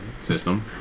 system